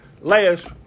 last